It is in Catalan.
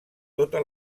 tota